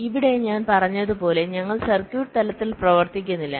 അതിനാൽ ഇവിടെ ഞാൻ പറഞ്ഞതുപോലെ ഞങ്ങൾ സർക്യൂട്ട് തലത്തിൽ പ്രവർത്തിക്കുന്നില്ല